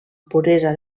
puresa